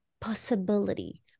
possibility